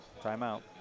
timeout